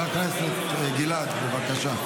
חבר הכנסת גלעד, בבקשה.